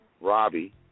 Robbie